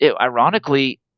ironically